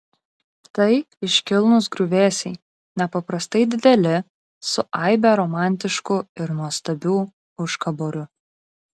tai iškilnūs griuvėsiai nepaprastai dideli su aibe romantiškų ir nuostabių užkaborių